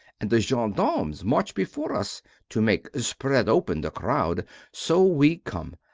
and the gendarmes march before us to make spread open the crowd so we come.